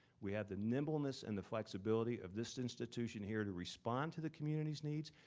we had the nimbleness and the flexibility of this institution here to respond to the community's needs.